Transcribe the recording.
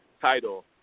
title